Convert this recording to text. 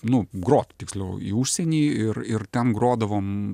nu grot tiksliau į užsienį ir ir ten grodavom